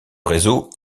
réseau